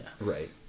Right